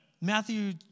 Matthew